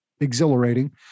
exhilarating